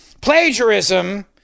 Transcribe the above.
Plagiarism